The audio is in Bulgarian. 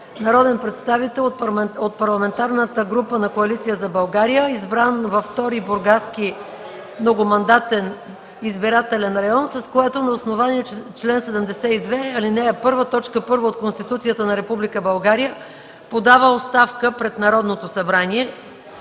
народен представител от Парламентарната група на Коалиция за България, избран във 2. Бургаски многомандатен избирателен район, с което на основание чл. 72, ал. 1, т. 1 от Конституцията на Република България подава оставка пред Народното събрание.